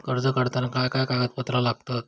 कर्ज काढताना काय काय कागदपत्रा लागतत?